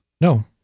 no